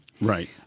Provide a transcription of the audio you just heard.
Right